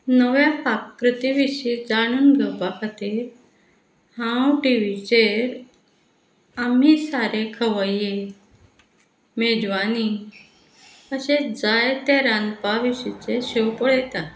नव्या पाककृती विशयीं जाणून घेवपा खातीर हांव टिवीचेर आमी सारे खवय्ये मेजवानी अशे जायते रांदपा विशींचे शो पळयता